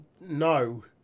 No